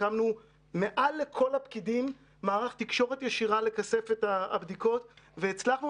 הקמנו מעל לכל הפקידים מערך תקשורת ישירה לכספת הבדיקות והצלחנו